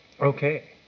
Okay